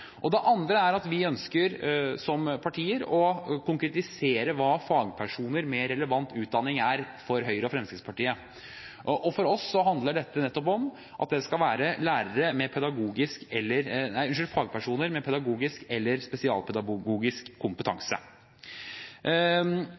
være. Det andre er at vi som partier ønsker å konkretisere hva fagpersoner med relevant utdanning er for Høyre og Fremskrittspartiet. For oss handler dette nettopp om at det skal være fagpersoner med pedagogisk eller spesialpedagogisk